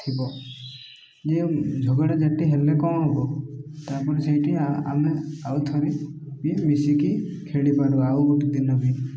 ଥିବ ଯେ ଝଗଡ଼ା ଝାଟିି ହେଲେ କ'ଣ ହବ ତା'ପରେ ସେଇଠି ଆ ଆମେ ଆଉଥରେ ବି ମିଶିକି ଖେଳିପାରୁ ଆଉ ଗୋଟେ ଦିନ ବି